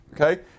Okay